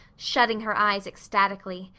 shutting her eyes ecstatically.